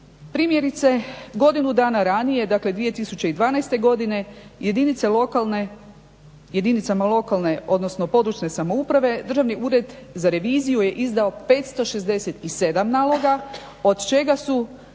Primjerice godinu dana ranije, dakle 2012. godine, jedinicama lokalne odnosno područne samouprave, Državni ured za reviziju je izdao 567 naloga, od čega su